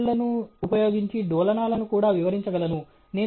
వాస్తవానికి నేను కోల్పోయినది కొత్త డేటా సెట్లో బాగా అంచనా వేయగల సామర్థ్యం